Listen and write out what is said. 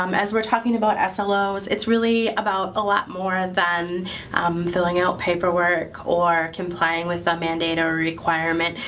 um as we're talking about ah slos, it's really about a lot more than um filling out paperwork or complying with a mandate or a requirement.